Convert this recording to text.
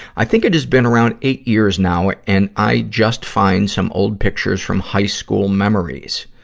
i think it is been around eight years now, and i just find some old pictures from high school memories.